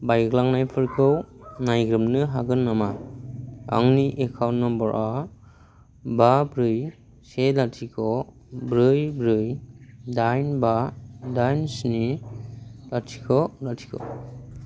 बायग्लांनायफोरखौ नायग्रोमनो हागोन नामा आंनि एकाउन्ट नम्बरआ बा ब्रै से लाथिख' ब्रै ब्रै दाइन बा दाइन स्नि लाथिख' लाथिख'